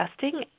testing